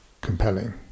compelling